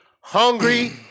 Hungry